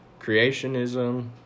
Creationism